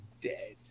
dead